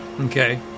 Okay